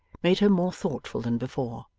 made her more thoughtful than before.